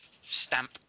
stamp